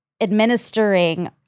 administering